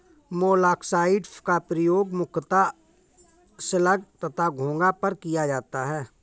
मोलॉक्साइड्स का प्रयोग मुख्यतः स्लग तथा घोंघा पर किया जाता है